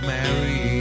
Mary